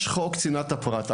יש את חוק צנעת הפרט.